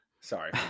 Sorry